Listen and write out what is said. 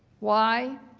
why?